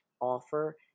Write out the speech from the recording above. offer